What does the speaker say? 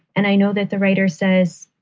and i know that the writer says,